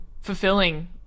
fulfilling